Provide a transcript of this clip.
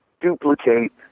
duplicate